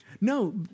No